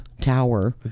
tower